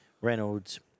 Reynolds